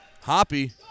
Hoppy